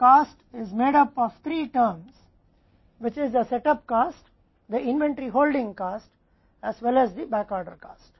तो कुल लागत 3 शब्दों से बना है जो एक सेट अप लागत है इन्वेंट्री होल्डिंग लागत साथ ही साथ बैकऑर्डर लागत